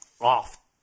off